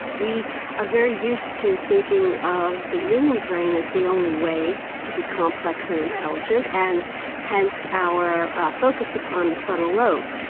we are very used to thinking of the human brain as the only way to be complex and intelligent and hence our focus upon the frontal lobe.